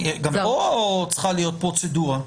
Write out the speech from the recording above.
גם בחוק שלנו צריכה להיות פרוצדורה.